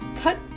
Cut